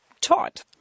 taught